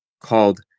called